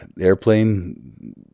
airplane